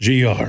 GR